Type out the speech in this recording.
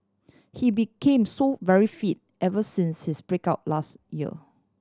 he became so very fit ever since his break up last year